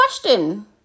question